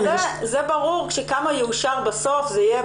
זה ברור שכמה יאושר בסוף זה יהיה